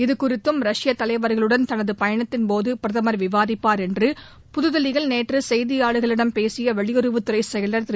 இதுகுறித்தும் ரஷ்ய தலைவர்களுடன் தனது பயணத்தின்போது பிரதமர் விவாதிப்பார் என்று புதுதில்லியில் நேற்று செய்தியாளர்களிடம் பேசிய வெளியுறவுத்துறை செயலர் திரு